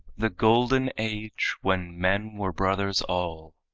the golden age when men were brothers all,